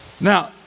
Now